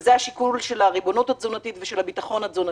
וזה השיקול של הריבונות התזונתית ושל הביטחון התזונתי.